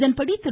இதன்படி திரு